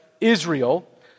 Israel